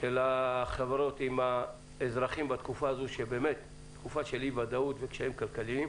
של החברות בתקופה זו של אי-ודאות וקשיים כלכליים.